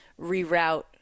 reroute